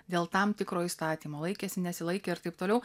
dėl tam tikro įstatymo laikėsi nesilaikė ir taip toliau